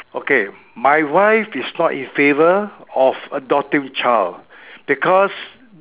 okay my wife is not in favour of adopting child because